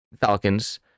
Falcons